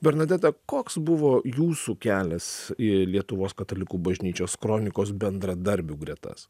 bernadeta koks buvo jūsų kelias į lietuvos katalikų bažnyčios kronikos bendradarbių gretas